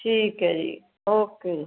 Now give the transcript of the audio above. ਠੀਕ ਹੈ ਜੀ ਓਕੇ ਜੀ